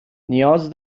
نیاز